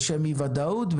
בשם אי-ודאות,